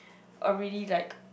a really like